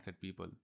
people